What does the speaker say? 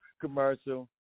Commercial